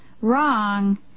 Wrong